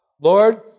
Lord